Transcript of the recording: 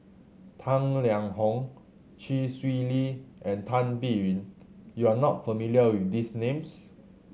Tang Liang Hong Chee Swee Lee and Tan Biyun you are not familiar with these names